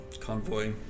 convoy